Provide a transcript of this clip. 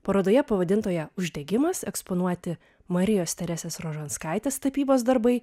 parodoje pavadintoje uždegimas eksponuoti marijos teresės rožanskaitės tapybos darbai